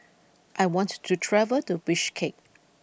I want to travel to Bishkek